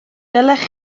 dylech